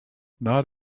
not